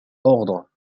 ordres